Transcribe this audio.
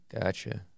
Gotcha